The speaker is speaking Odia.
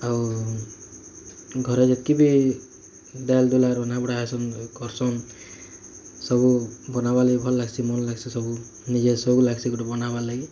ଆଉ ଘରେ ଯେତିକି ବି ଡାଲ ଡୁଲା ରନ୍ଧା ବଢ଼ା ଏସନ କରସନ୍ ସବୁ ବନାବାର୍ ଲାଗି ଭଲ ଲାଗ୍ସି ମନ ଲାଗ୍ସି ସବୁ ନିଜେ ସବୁ ଲାଗ୍ସି ଗୁଟେ ବନାବାର୍ ଲାଗି